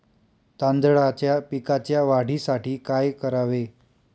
तांदळाच्या पिकाच्या वाढीसाठी काय करावे?